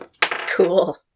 Cool